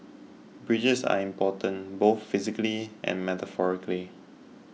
bridges are important both physically and metaphorically